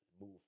move